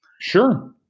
Sure